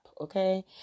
Okay